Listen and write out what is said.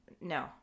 no